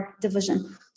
division